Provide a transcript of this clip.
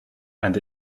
and